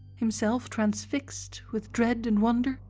himself transfixed with dread and wonder,